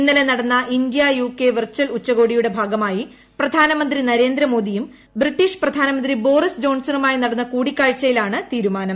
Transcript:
ഇന്നലെ നടന്ന India U K virtual ഉച്ചകോടിയുടെ ഭാഗമായി പ്രധാനമന്ത്രി നരേന്ദ്രമോദിയും ബ്രിട്ടീഷ് പ്രധാനമന്ത്രി ബോറിസ് ജോൺസണുമായി നടന്ന കൂടിക്കാഴ്ചയിലാണ് തീരുമാനം